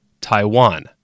Taiwan